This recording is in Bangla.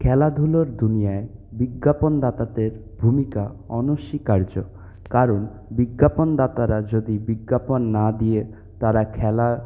খেলাধুলার দুনিয়ায় বিজ্ঞাপনদাতাদের ভূমিকা অনস্বীকার্য কারণ বিজ্ঞাপনদাতারা যদি বিজ্ঞাপন না দিয়ে তারা খেলা